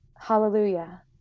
Hallelujah